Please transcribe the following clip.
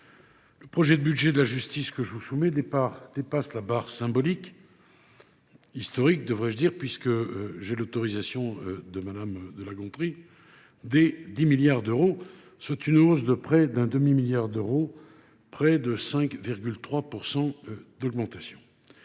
Le projet de budget de la justice que je vous soumets dépasse la barre symbolique – historique, devrais je dire, puisque j’ai l’autorisation de Mme de La Gontrie – de 10 milliards d’euros, soit une hausse d’un demi milliard d’euros et de 5,3 %.